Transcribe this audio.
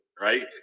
Right